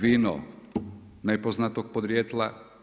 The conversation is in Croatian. Vino nepoznatog podrijetla.